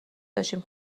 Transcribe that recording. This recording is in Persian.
داشتیم